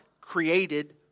created